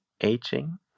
aging